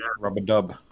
rub-a-dub